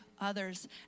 others